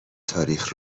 تاریخ